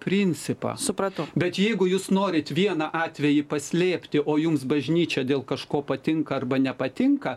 principą supratau bet jeigu jūs norit vieną atvejį paslėpti o jums bažnyčia dėl kažko patinka arba nepatinka